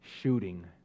shooting